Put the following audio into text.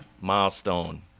Milestone